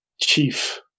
chief